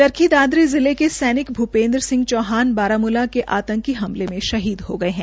चरखी दादरी जिले के सैनिक भूपेन्द्र सिंह चौहान बारामुला में आंतकी हमले में शहीद हो गय है